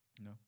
no